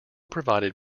provided